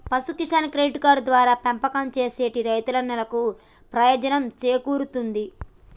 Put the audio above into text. పశు Kisan credit card ద్వారా పెంపకం సేసే రైతన్నలకు ప్రయోజనం సేకూరుతుంది